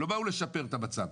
הן לא באו לשפר את המצב.